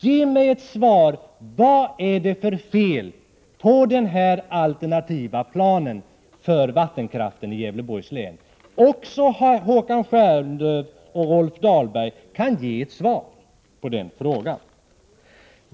Ge mig ett svar: Vad är det för fel på den här alternativa planen för vattenkraften i Gävleborgs län? Också Håkan Stjernlöf och Rolf Dahlberg kan ge mig ett svar på den frågan.